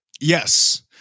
Yes